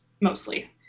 mostly